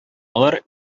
алар